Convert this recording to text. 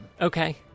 Okay